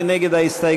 מי נגד ההסתייגות?